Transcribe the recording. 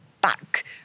back